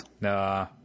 Nah